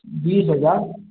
big बाजार